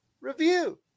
review